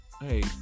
Hey